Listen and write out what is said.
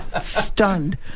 stunned